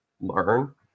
learn